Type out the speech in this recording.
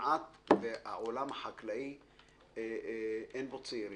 כמעט בעולם החקלאי אין צעירים.